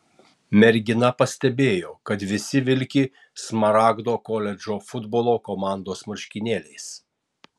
mergina pastebėjo kad visi vilki smaragdo koledžo futbolo komandos marškinėliais